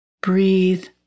Breathe